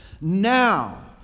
now